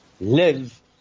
live